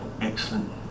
excellent